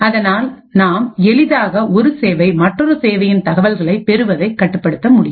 அதனால் நாம் எளிதாக ஒரு சேவை மற்றொரு சேவையின் தகவல்களை பெறுவதை கட்டுப்படுத்த முடியும்